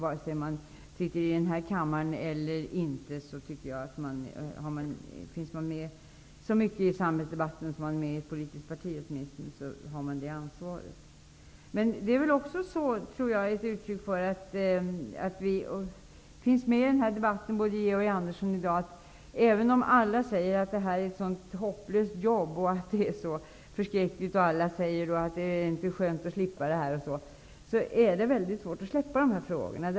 Vare sig man är ledamot här i kammaren eller åtminstone tillhör ett politiskt parti och är med i samhällsdebatten, har man det ansvaret. Både Georg Andersson och jag är med i denna debatt i dag. Trots att alla säger att det är ett hopplöst och förskräckligt jobb att vara invandrarminister och undrar om det inte är skönt att slippa det, är det mycket svårt att släppa dessa frågor.